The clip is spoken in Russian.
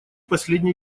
последний